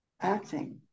acting